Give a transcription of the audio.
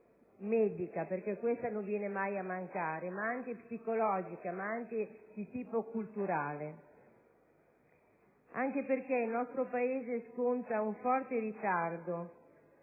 medica, perché questa non viene mai a mancare, ma anche psicologica e di tipo culturale. Il nostro Paese sconta un forte ritardo